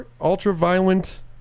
ultra-violent